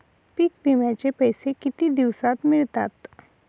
पीक विम्याचे पैसे किती दिवसात मिळतात?